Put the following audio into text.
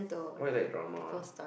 why you like drama